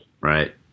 Right